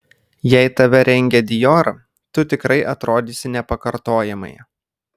jei tave rengia dior tu tikrai atrodysi nepakartojamai